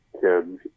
kids